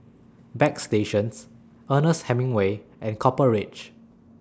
Bagstationz Ernest Hemingway and Copper Ridge